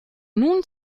nun